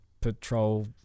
Patrol